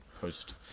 post